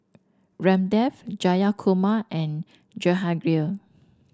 Ramdev Jayakumar and Jehangirr